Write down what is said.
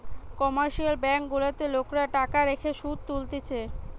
commercial bank গুলাতে লোকরা টাকা রেখে শুধ তুলতিছে